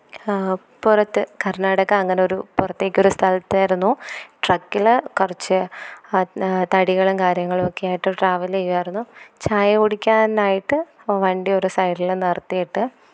പുറത്ത് കര്ണാടക അങ്ങനെ ഒരു പുറത്തേക്ക് ഒരു സ്ഥലത്ത് ആയിരുന്നു ട്രക്കിൽ കുറച്ച് തടികളും കാര്യങ്ങളും ഒക്കെ ആയിട്ട് ട്രാവല് ചെയ്യുകയായിരുന്നു ചായ കുടിക്കാനായിട്ട് വണ്ടിയൊരു സൈഡിൽ നിര്ത്തിയിട്ട്